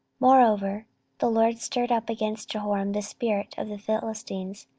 moreover the lord stirred up against jehoram the spirit of the philistines,